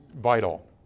vital